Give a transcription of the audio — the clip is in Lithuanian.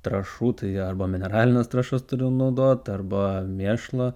trąšų tai arba mineralines trąšas turi naudot arba mėšlą